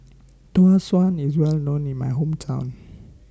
Tau Suan IS Well known in My Hometown